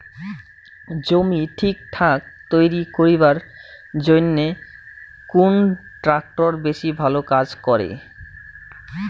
জমি ঠিকঠাক তৈরি করিবার জইন্যে কুন ট্রাক্টর বেশি ভালো কাজ করে?